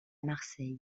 marseille